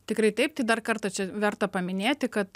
tikrai taip tai dar kartą čia verta paminėti kad